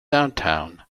downtown